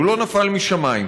הוא לא נפל משמיים.